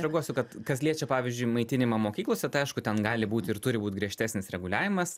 reaguosiu kad kas liečia pavyzdžiui maitinimą mokyklose tai aišku ten gali būti ir turi būt griežtesnis reguliavimas